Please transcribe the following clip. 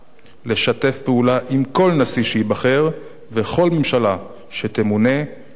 לשתף פעולה עם כל נשיא שייבחר וכל ממשלה שתמונה למען